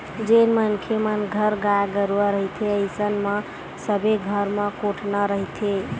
जेन मनखे मन घर गाय गरुवा रहिथे अइसन म सबे घर म कोटना रहिथे